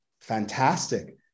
fantastic